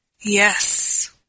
Yes